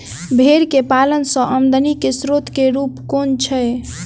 भेंर केँ पालन सँ आमदनी केँ स्रोत केँ रूप कुन छैय?